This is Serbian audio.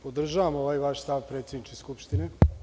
Podržavam ovaj vaš stav, predsedniče Skupštine.